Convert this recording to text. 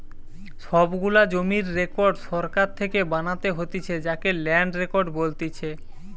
সব গুলা জমির রেকর্ড সরকার থেকে বানাতে হতিছে যাকে ল্যান্ড রেকর্ড বলতিছে